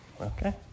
Okay